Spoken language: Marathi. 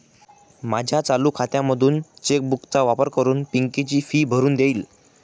माझ्या चालू खात्यामधून चेक बुक चा वापर करून पिंकी ची फी भरून देईल